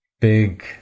big